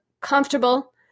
comfortable